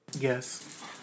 Yes